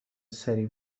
سریع